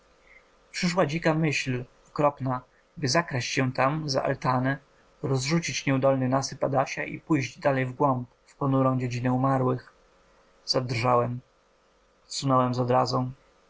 przyszła dzika myśl okropna by zakraść się tam za altanę rozrzucić nieudolny nasyp adasia i pójść dalej w głąb w ponurą dziedzinę umarłych zadrżałem odsunąłem z odrazą